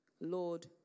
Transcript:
lord